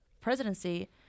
presidency